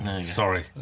Sorry